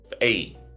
eight